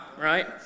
right